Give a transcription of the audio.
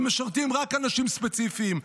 התשפ"ה 2024,